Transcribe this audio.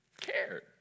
cared